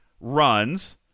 runs